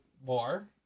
bar